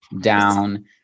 down